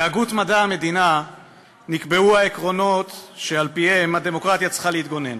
בהגות מדע המדינה נקבעו העקרונות שעל-פיהם הדמוקרטיה צריכה להתגונן